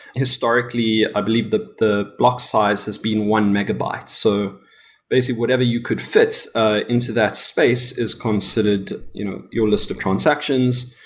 historically i believe the the block size has been one megabyte. so basically, whatever you could fit ah into that space is considered you know your list of transactions.